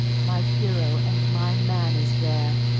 my hero and my man is there,